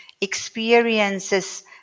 experiences